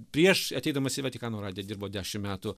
prieš ateidamas į vatikano radiją dirbo dešim metų